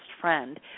friend